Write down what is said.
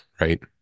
right